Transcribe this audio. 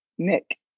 Nick